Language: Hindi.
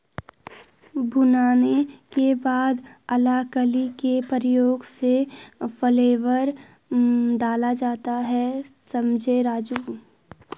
भुनाने के बाद अलाकली के प्रयोग से फ्लेवर डाला जाता हैं समझें राजु